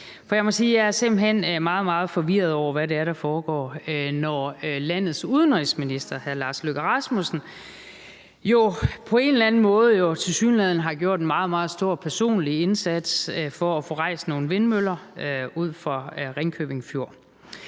meget, meget forvirret over, hvad det er, der foregår, når landets udenrigsminister jo på en eller anden måde tilsyneladende har gjort en meget, meget stor personlig indsats for at få rejst nogle vindmøller ud for Ringkøbing Fjord.